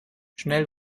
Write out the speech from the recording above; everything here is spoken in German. schnell